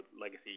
legacy